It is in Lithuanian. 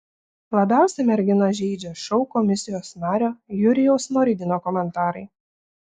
labiausiai merginą žeidžia šou komisijos nario jurijaus smorigino komentarai